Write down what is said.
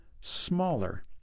smaller